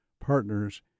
partners